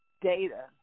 data